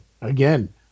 again